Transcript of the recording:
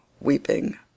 weeping